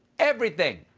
everything.